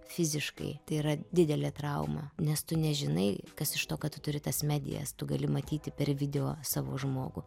fiziškai tai yra didelė trauma nes tu nežinai kas iš to kad tu turi tas medijas tu gali matyti per video savo žmogų